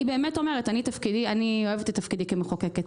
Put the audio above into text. אני אוהבת את תפקידי כמחוקקת,